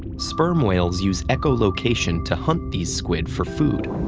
sperm whales use echolocation to hunt these squid for food,